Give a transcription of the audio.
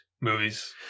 movies